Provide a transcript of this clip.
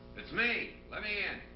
it's me. let me in.